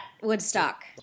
Woodstock